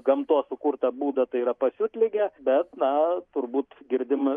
gamtos sukurtą būdą tai yra pasiutligę bet na turbūt girdim